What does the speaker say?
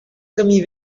camí